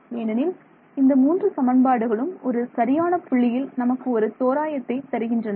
ஏனெனில் இந்த மூன்று சமன்பாடுகளும் ஒரு சரியான புள்ளியில் நமக்கு ஒரு தோராயத்தை தருகின்றன